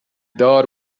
دار